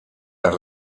las